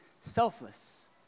selfless